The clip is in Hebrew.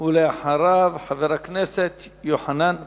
אחריו, חבר הכנסת יוחנן פלסנר.